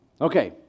Okay